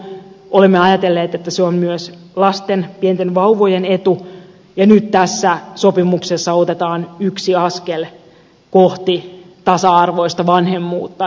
olemme ajatelleet että se on myös lasten pienten vauvojen etu ja nyt tässä sopimuksessa otetaan yksi askel kohti tasa arvoista vanhemmuutta